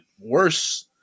worse